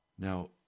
Now